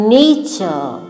nature